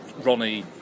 Ronnie